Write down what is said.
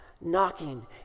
knocking